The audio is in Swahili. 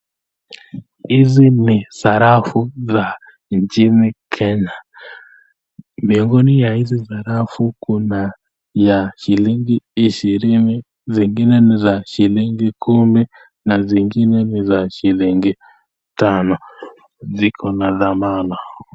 Hizi ni sarafu za nchini Kenya . Miongoni ya hizi sarafu kuna shilingi ishirini, zingine ni za shilingi kumi na zingine ni za shilingi tano. Ziko na dhamana.